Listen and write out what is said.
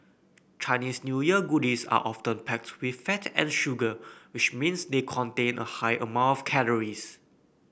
Chinese New Year goodies are often packed with fat and sugar which means they contain a high amount of calories